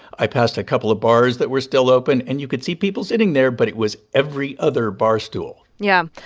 i passed a couple of bars that were still open, and you could see people sitting there, but it was every other bar stool yeah.